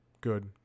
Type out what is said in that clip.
good